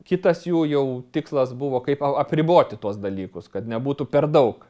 kitas jų jau tikslas buvo kaip apriboti tuos dalykus kad nebūtų per daug